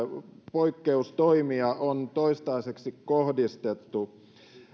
poikkeustoimia on toistaiseksi kohdistettu